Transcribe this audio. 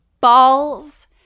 balls